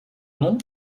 nom